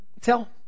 tell